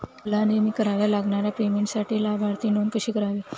मला नेहमी कराव्या लागणाऱ्या पेमेंटसाठी लाभार्थी नोंद कशी करावी?